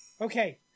Okay